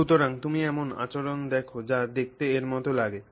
সুতরাং তুমি এমন আচরণ দেখ যা দেখতে এর মতো লাগে